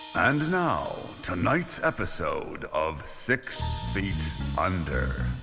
and now, tonight's episode of six feet under.